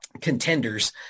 Contenders